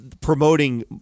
promoting